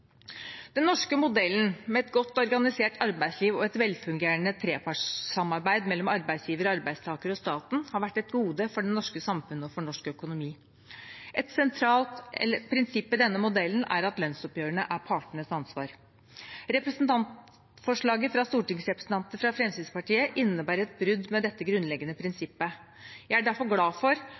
Den norske modellen, med et godt organisert arbeidsliv og et velfungerende trepartssamarbeid mellom arbeidsgiver, arbeidstaker og staten, har vært et gode for den norske samfunnet og for norsk økonomi. Et sentralt prinsipp i denne modellen er at lønnsoppgjørene er partenes ansvar. Representantforslaget fra stortingsrepresentantene fra Fremskrittspartiet innebærer et brudd med dette grunnleggende prinsippet. Jeg er derfor glad for